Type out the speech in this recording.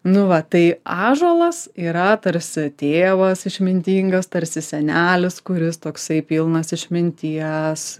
nu va tai ąžuolas yra tarsi tėvas išmintingas tarsi senelis kuris toksai pilnas išminties